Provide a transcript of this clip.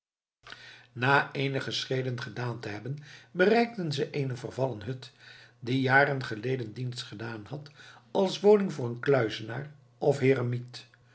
na eenige schreden gedaan te hebben bereikten ze eene vervallen hut die jaren geleden dienst gedaan had als woning voor een kluizenaar of